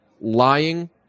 lying